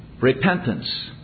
Repentance